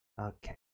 okay